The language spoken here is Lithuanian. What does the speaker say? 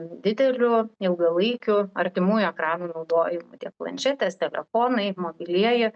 dideliu ilgalaikiu artimųjų ekranų naudojimu tiek planšetės telefonai mobilieji